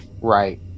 Right